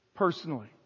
personally